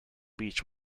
beach